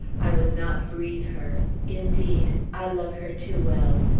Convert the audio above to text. i would not grieve her indeed, i love her too well.